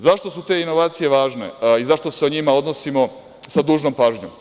Zašto su te inovacije važne i zašto se o njima odnosima sa dužnom pažnjom?